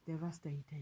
devastated